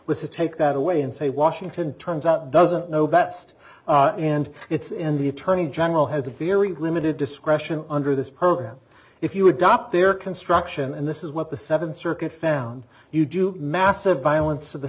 was to take that away and say washington turns out doesn't know best and it's in the attorney general has a very limited discretion under this program if you adopt their construction and this is what the seventh circuit found you do massive violence